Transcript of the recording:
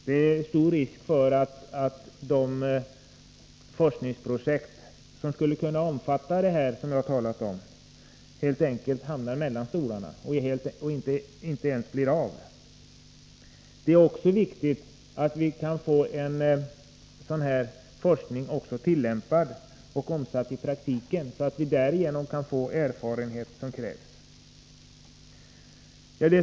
Det är stor risk för att de forskningsprojekt som skulle kunna bevaka det som jag här talat om helt enkelt hamnar mellan stolarna och inte blir av. Det är också viktigt att vi kan få tillämpningar av denna forskning omsatta i praktiken, så att vi därigenom kan få den erfarenhet som krävs.